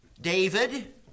David